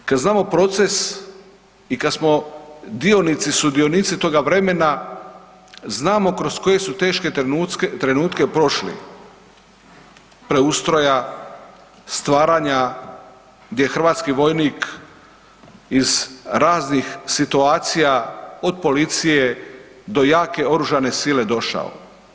Kad znamo proces i kada smo dionici, sudionici toga vremena znamo kroz koje su teške trenutke prošli preustroja, stvaranja gdje hrvatski vojnik iz raznih situacija od policije do jake oružane sile došao.